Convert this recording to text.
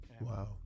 Wow